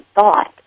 thought